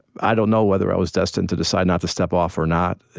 i don't know whether i was destined to decide not to step off or not,